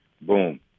Boom